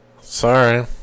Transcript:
Sorry